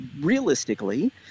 realistically